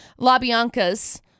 LaBianca's